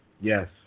Yes